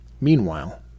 Meanwhile